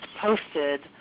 posted